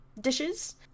dishes